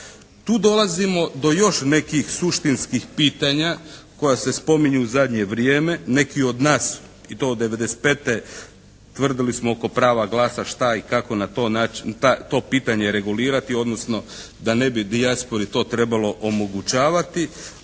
Tu dolazimo do još nekih suštinskih pitanja koja se spominju u zadnje vrijeme. Neki od nas i to od '95. tvrdili smo oko prava glasa šta i kako na to nać', kako to pitanje regulirati odnosno da ne bi dijaspori to trebalo omogućavati.